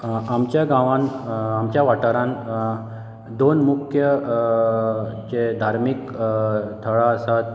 आमच्या गांवांत आमच्या वाठारांत दोन मूख्य जे धार्मीक थळां आसात